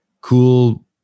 cool